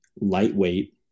lightweight